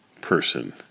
person